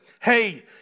Hey